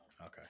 Okay